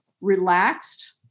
relaxed